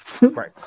Right